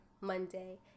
Monday